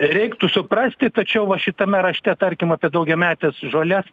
reiktų suprasti tačiau va šitame rašte tarkim apie daugiametes žoles